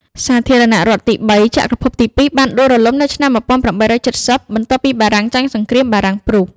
សាធារណរដ្ឋទីបីចក្រភពទីពីរបានដួលរលំនៅឆ្នាំ ១៨៧០ បន្ទាប់ពីបារាំងចាញ់សង្គ្រាមបារាំង ព្រុស ។